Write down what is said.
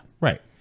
right